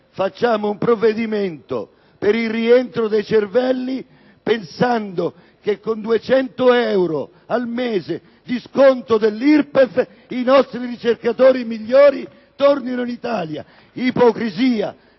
fa un provvedimento per il rientro dei cervelli, pensando che con 200 euro al mese di sconto dell’IRPEF i nostri migliori ricercatori rientrino in Italia: